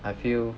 I feel